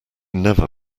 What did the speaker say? never